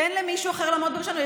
תן למישהו אחר לעמוד בראשנו.